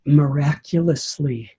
miraculously